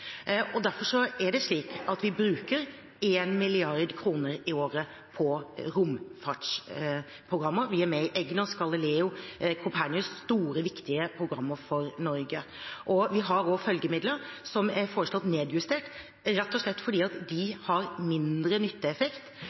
Derfor er det slik at vi bruker 1 mrd. kr i året på romfartsprogrammer. Vi er med i EGNOS, i Galileo, i Copernicus – store, viktige programmer for Norge. Vi har også følgemidler, som er foreslått nedjustert, rett og slett fordi de har mindre nytteeffekt